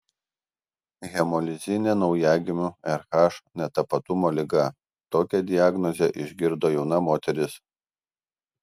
hemolizinė naujagimių rh netapatumo liga tokią diagnozę išgirdo jauna moteris